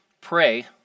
pray